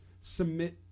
submit